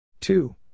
Two